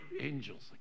angels